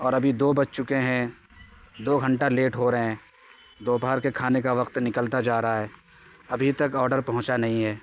اور ابھی دو بج چکے ہیں دو گھنٹہ لیٹ ہو رہے ہیں دو پہر کے کھانے کا وقت نکلتا جا رہا ہے ابھی تک آرڈر پہنچا نہیں ہے